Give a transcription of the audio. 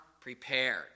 prepared